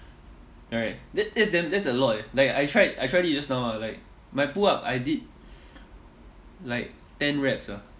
right that that's damn that's a lot eh like I tried I tried it just now ah like my pull up I did like ten reps ah